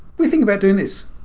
we think about doing this.